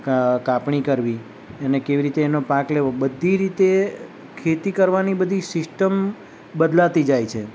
ક કાપણી કરવી અને કેવી રીતે એનો પાક લેવો બધી રીતે ખેતી કરવાની બધી સિસ્ટમ બદલાતી જાય છે